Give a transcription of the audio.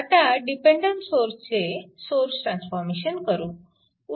आता डिपेन्डन्ट सोर्सचे source transformation करू